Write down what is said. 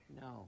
No